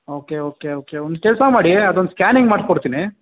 okay okay okay ಒಂದು ಕೆಲಸ ಮಾಡಿ ಅದೊಂದು ಸ್ಕ್ಯಾನಿಂಗ್ ಮಾಡಿಸ್ಕೊಡ್ತೀನಿ